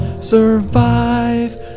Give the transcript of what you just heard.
survive